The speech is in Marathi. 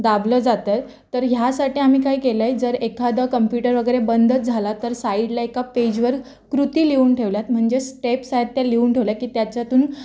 दाबलं जात आहे तर ह्यासाठी आम्ही काय केलं आहे जर एखादं कम्प्युटर वगैरे बंदच झाला तर साईडला एका पेजवर कृती लिहून ठेवल्या आहे म्हणजे स्टेप्स आहेत त्या लिहून ठेवल्या आहे की त्याच्यातून